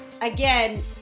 Again